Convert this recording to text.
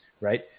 right